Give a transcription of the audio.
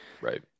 Right